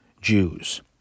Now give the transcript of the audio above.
Jews